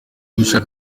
gushaka